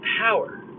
power